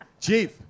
Chief